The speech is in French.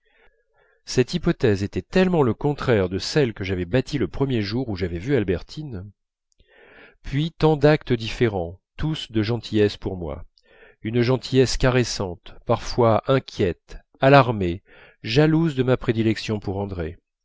cette hypothèse était tellement le contraire de celle que j'avais bâtie le premier jour où j'avais vu albertine puis tant d'actes différents tous de gentillesse pour moi